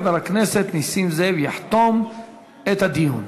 חבר הכנסת נסים זאב יחתום את הדיון.